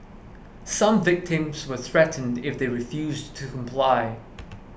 some victims were threatened if they refused to comply